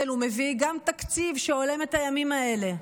הוא מביא גם תקציב שהולם את הימים האלה,